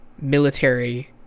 Military